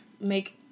make